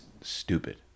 stupid